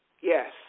Yes